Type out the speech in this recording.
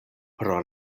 pro